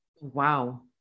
Wow